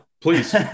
Please